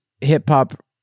hip-hop